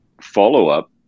follow-up